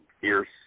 fierce